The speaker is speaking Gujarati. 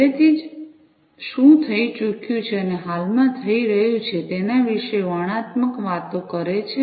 પહેલેથી જ શું થઈ ચૂક્યું છે અને હાલમાં થઈ રહ્યું છે તેના વિશે વર્ણનાત્મક વાતો કરે છે